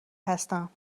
هستم